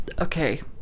Okay